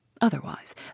otherwise